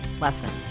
lessons